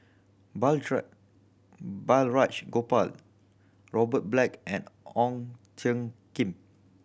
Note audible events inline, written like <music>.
<unintelligible> Balraj Gopal Robert Black and Ong Tjoe Kim